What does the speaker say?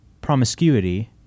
promiscuity